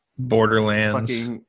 borderlands